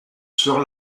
sur